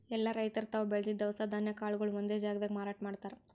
ಎಲ್ಲಾ ರೈತರ್ ತಾವ್ ಬೆಳದಿದ್ದ್ ದವಸ ಧಾನ್ಯ ಕಾಳ್ಗೊಳು ಒಂದೇ ಜಾಗ್ದಾಗ್ ಮಾರಾಟ್ ಮಾಡ್ತಾರ್